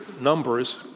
numbers